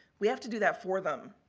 we have to do that for them.